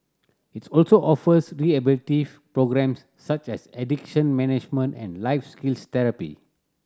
its also offers rehabilitative programmes such as addiction management and life skills therapy